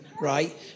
right